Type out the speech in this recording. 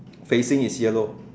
facing is yellow